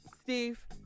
Steve